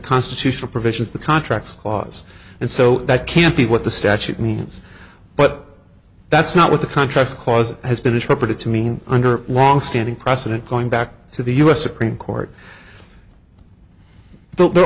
constitutional provisions the contracts clause and so that can't be what the statute means but that's not what the contracts clause has been interpreted to mean under longstanding precedent going back to the us supreme court there